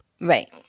Right